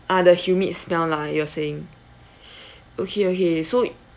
ah the humid smell lah you were saying okay okay so y~